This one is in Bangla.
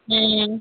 হুম